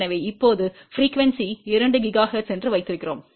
எனவே இப்போது அதிர்வெண்ணை 2 ஜிகாஹெர்ட்ஸ் என்று வைக்கிறோம்